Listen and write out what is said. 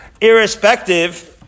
irrespective